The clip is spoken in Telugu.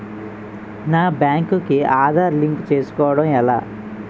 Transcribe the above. నా బ్యాంక్ కి ఆధార్ లింక్ చేసుకోవడం ఎలా?